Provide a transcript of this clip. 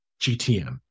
GTM